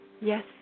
Yes